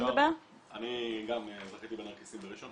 אני גם זכיתי בנרקיסים בראשון.